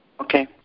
Okay